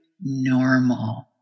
normal